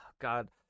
god